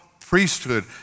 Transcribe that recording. priesthood